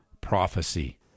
prophecy